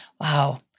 Wow